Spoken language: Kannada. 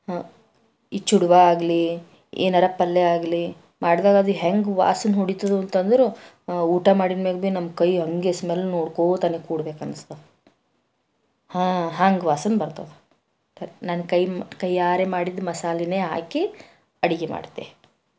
ಈ ಚೂಡಾ ಆಗಲಿ ಏನಾರ ಪಲ್ಯ ಆಗಲಿ ಮಾಡ್ದಾಡಿದಾಗ ಅದು ಹೆಂಗೆ ವಾಸ್ನೆ ಹೊಡೀತದು ಅಂತದರ ಊಟ ಮಾಡಿನ್ಯಾಗ ಭೀ ನಮ್ಮ ಕೈ ಹಾಗೆ ಸ್ಮೆಲ್ ನೋಡ್ಕೋತನೇ ಕೂಡ್ಬೇಕು ಅನ್ನಿಸ್ತಾ ಹಾಂ ಹಾಂಗ ವಾಸ್ನೆ ಬರ್ತದ ಸರಿ ನನ್ನ ಕೈಯ್ಯಾರೆ ಮಾಡಿದ ಮಸಾಲೆನೇ ಹಾಕಿ ಅಡ್ಗೆ ಮಾಡ್ತೆ